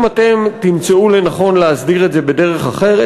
אם תמצאו לנכון להסדיר את זה בדרך אחרת,